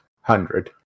hundred